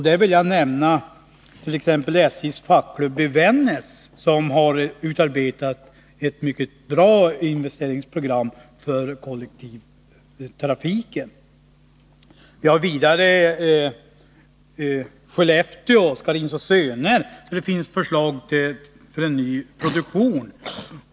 Jag kan nämna SJ:s fackklubb i Vännäs, som har utarbetat ett mycket bra investeringsprogram för kollektivtrafiken. Vidare finns det på Scharins Söner i Skellefteå förslag till en ny produktion.